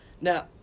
now